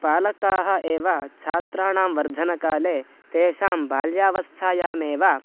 पालकाः एव छात्राणां वर्धनकाले तेषां बाल्यावस्थायामेव